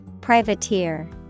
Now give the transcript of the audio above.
Privateer